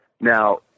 Now